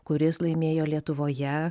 kuris laimėjo lietuvoje